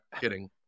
kidding